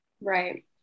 Right